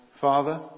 father